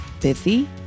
busy